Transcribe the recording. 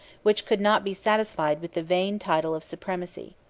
which could not be satisfied with the vain title of supremacy.